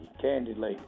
candidly